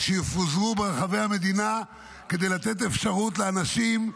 שיפוזרו ברחבי המדינה כדי לתת אפשרות לאנשים,